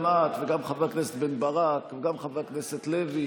גם את וגם חבר הכנסת בן ברק וגם חבר הכנסת לוי